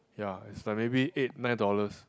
ya it's like maybe eight nine dollars